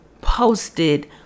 posted